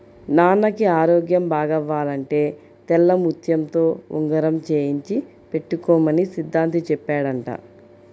నాన్నకి ఆరోగ్యం బాగవ్వాలంటే తెల్లముత్యంతో ఉంగరం చేయించి పెట్టుకోమని సిద్ధాంతి చెప్పాడంట